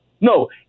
no